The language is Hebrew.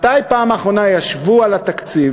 מתי בפעם האחרונה ישבו על התקציב